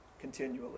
continually